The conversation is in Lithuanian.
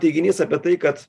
teiginys apie tai kad